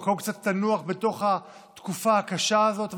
מקום קצת לנוח בתוך התקופה הקשה הזאת,